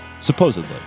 supposedly